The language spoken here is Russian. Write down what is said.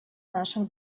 нашем